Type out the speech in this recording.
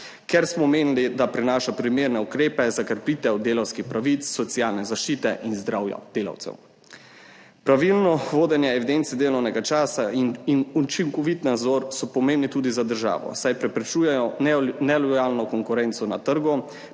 ker menimo, da prinaša primerne ukrepe za krepitev delavskih pravic, socialne zaščite in zdravja delavcev. Pravilno vodenje evidence delovnega časa in učinkovit nadzor sta pomembna tudi za državo, saj preprečujeta nelojalno konkurenco na trgu,